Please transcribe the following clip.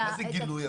מה זה גילוי המבנה?